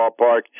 ballpark